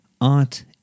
Art